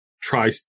try